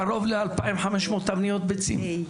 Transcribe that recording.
קרוב ל-2,500 תבניות ביצים,